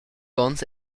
onns